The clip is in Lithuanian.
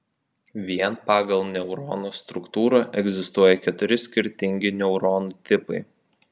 vien pagal neurono struktūrą egzistuoja keturi skirtingi neuronų tipai